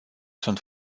sunt